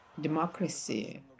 democracy